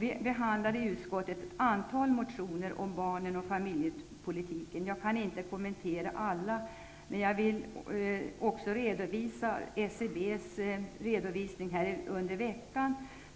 Vi behandlar i utskottet ett antal motioner om barnen och familjepolitiken. Jag kan inte kommentera alla, men jag vill nämna SCB:s redovisning under veckan.